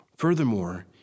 Furthermore